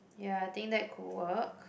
ya I think that could work